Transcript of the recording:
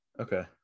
Okay